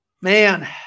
Man